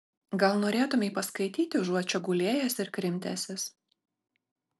gal norėtumei paskaityti užuot čia gulėjęs ir krimtęsis